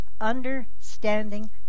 Understanding